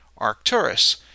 Arcturus